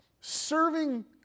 serving